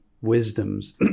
wisdoms